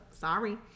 sorry